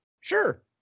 Sure